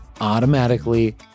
automatically